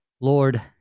Lord